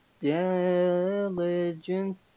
diligence